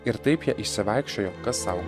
ir taip jie išsivaikščiojo kas sau